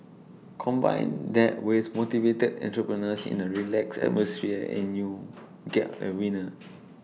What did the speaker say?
combine that with motivated entrepreneurs in A relaxed atmosphere and you got A winner